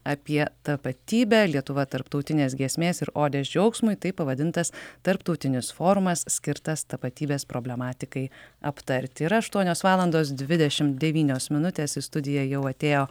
apie tapatybę lietuva tarptautinės giesmės ir odės džiaugsmui taip pavadintas tarptautinis forumas skirtas tapatybės problematikai aptarti ir aštuonios valandos dvidešim devynios minutes į studiją jau atėjo